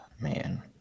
man